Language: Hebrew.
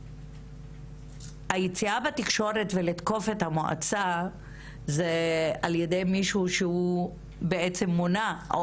היציאה בתקשורת ותקיפת המועצה על ידי מישהו שבעצם מונה או